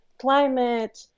climate